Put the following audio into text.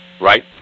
right